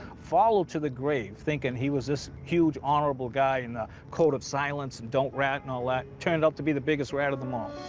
followed to the grave, thinking he was this huge, honorable guy, and the code of silence and don't rat and all that turned out to be the biggest rat of them all.